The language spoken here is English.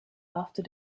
after